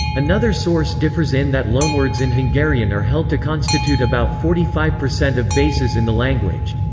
another source differs in that loanwords in hungarian are held to constitute about forty five percent of bases in the language.